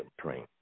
train